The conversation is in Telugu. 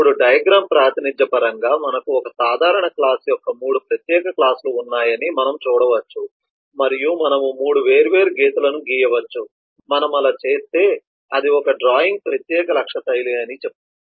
ఇప్పుడు డయాగ్రమ్ ప్రాతినిధ్య పరంగా మనకు ఒక సాధారణ క్లాస్ యొక్క 3 ప్రత్యేక క్లాస్ లు ఉన్నాయని మనము చూడవచ్చు మరియు మనము 3 వేర్వేరు గీతలను గీయవచ్చు మనము అలా చేస్తే అది ఒక డ్రాయింగ్ ప్రత్యేక లక్ష్య శైలి అని చెబుతాము